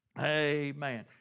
Amen